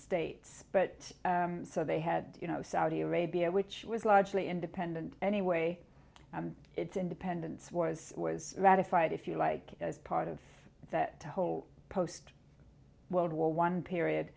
states but so they had you know saudi arabia which was largely independent anyway its independence was was ratified if you like as part of that whole post world war one period